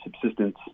subsistence